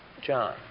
John